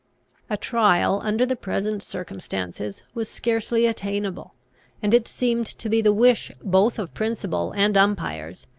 a trial, under the present circumstances, was scarcely attainable and it seemed to be the wish both of principal and umpires,